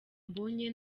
mbonye